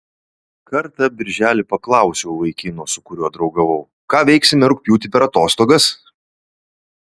kartą birželį paklausiau vaikino su kuriuo draugavau ką veiksime rugpjūtį per atostogas